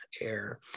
air